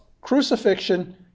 crucifixion